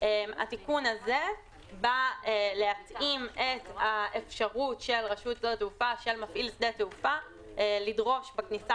התיקון הזה בא להתאים את האפשרות של מפעיל שדה תעופה לדרוש בכניסה